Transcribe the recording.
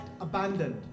abandoned